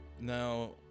Now